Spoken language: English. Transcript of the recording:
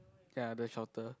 ya the shelter